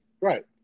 Right